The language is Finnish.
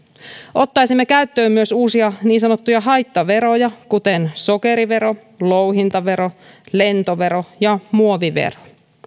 ottaisimme käyttöön myös uusia niin sanottuja haittaveroja kuten sokerivero louhintavero lentovero ja muovivero